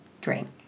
drink